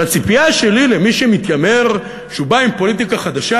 אבל הציפייה שלי ממי שמתיימר שהוא בא עם פוליטיקה חדשה,